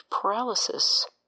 paralysis